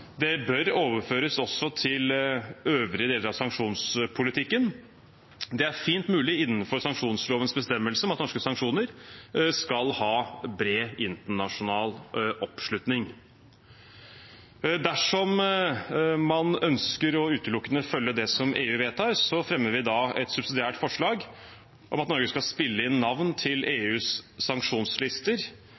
Det bør overføres også til øvrige deler av sanksjonspolitikken. Det er fint mulig innenfor sanksjonslovens bestemmelser om at norske sanksjoner skal ha bred internasjonal oppslutning. Dersom man ønsker utelukkende å følge det som EU vedtar, fremmer vi da et subsidiært forslag om at Norge skal spille inn navn til EUs sanksjonslister,